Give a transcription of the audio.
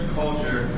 culture